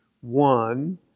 one